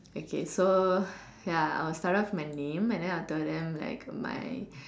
okay so ya I'll start off from my name and then I'll tell them like my